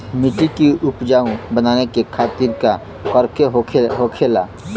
मिट्टी की उपजाऊ बनाने के खातिर का करके होखेला?